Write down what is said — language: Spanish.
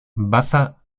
baza